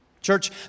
Church